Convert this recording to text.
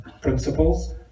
principles